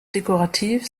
dekorativ